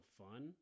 fun